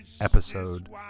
Episode